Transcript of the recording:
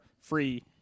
free